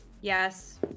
Yes